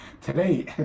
today